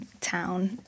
town